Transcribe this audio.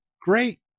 great